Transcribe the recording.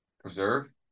preserve